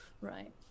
Right